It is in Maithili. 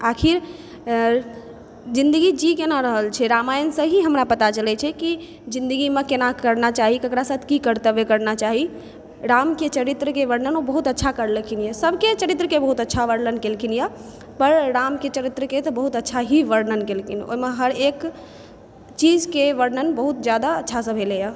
आखिर जिन्दगी जी कोना रहल छै रामायण से ही हमरा पता चलै छे कि जिन्दगीमे कोना करना चाही ककरासँ की कर्तव्य करना चाही रामके चरित्रके वर्णन ओ बहुत अच्छा करलखिन यऽ इएह सबके चरित्रकेँ वर्णन ओ बहुत अच्छा करलखिन्ह यऽ पर रामकेँ चरित्रके तऽ बहुत अच्छा ही वर्णन केलखिन्ह ओ ओहिमे हर एक चीजकेँ वर्णन बहुत जादा अच्छासँ भेलै यऽ